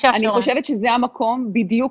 חושבת שזה המקום בדיוק,